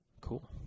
Cool